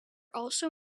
also